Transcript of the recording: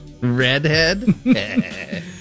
Redhead